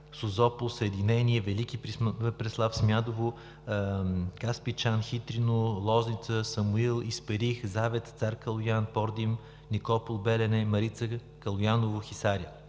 Созопол, Съединение, Велики Преслав, Смядово, Каспичан, Хитрино, Лозница, Самуил, Исперих, Завет, Цар Калоян, Пордим, Никопол, Белене, Марица, Калояново, Хисаря.